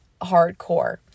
hardcore